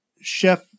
Chef